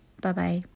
Bye-bye